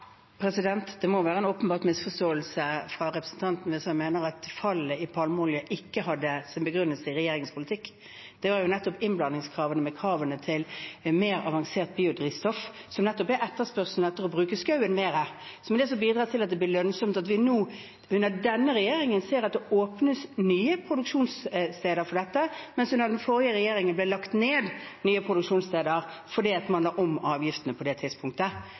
Det må være en åpenbar misforståelse fra representanten Myhrvold hvis han mener at fallet i bruk av palmeolje ikke hadde sin begrunnelse i regjeringens politikk. Det er nettopp innblandingskravene, med kravene til mer avansert biodrivstoff, som nettopp øker etterspørselen etter å bruke skogen mer, som bidrar til at det blir lønnsomt. Vi ser nå under denne regjeringen at det åpnes nye produksjonssteder for dette, mens det under den forrige regjeringen ble lagt ned produksjonssteder, fordi man la om avgiftene på det tidspunktet.